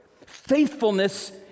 Faithfulness